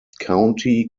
county